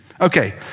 Okay